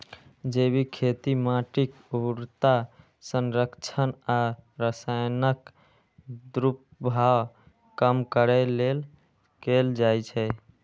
जैविक खेती माटिक उर्वरता संरक्षण आ रसायनक दुष्प्रभाव कम करै लेल कैल जाइ छै